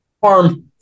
Farm